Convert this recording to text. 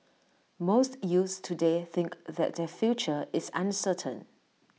most youths today think that their future is uncertain